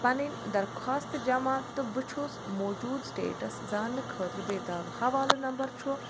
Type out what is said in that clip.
پنٕنۍ درخاست جمع تہٕ بہٕ چھُس موٗجوٗدٕ سٹیٹس زاننہٕ خٲطرٕ بے تاب حوالہ نمبر چھُ